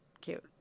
cute